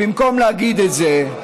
במקום להגיד את זה,